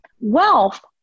Wealth